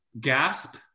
Gasp